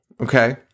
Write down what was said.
okay